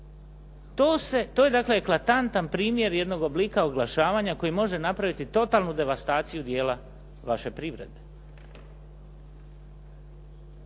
To je dakle eklatantan primjer jednog oblika oglašavanja koji može napraviti totalnu devastaciju dijela vaše privrede.